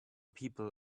people